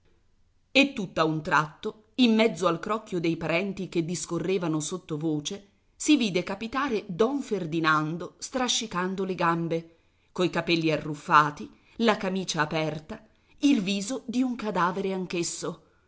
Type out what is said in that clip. guardate e tutt'a un tratto in mezzo al crocchio dei parenti che discorrevano sottovoce si vide capitare don ferdinando strascicando le gambe coi capelli arruffati la camicia aperta il viso di un cadavere